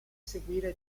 seguire